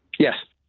yes,